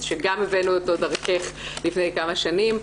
שגם הבאנו אותו דרכך לפני כמה שנים.